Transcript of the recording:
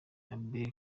abel